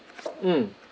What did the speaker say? mm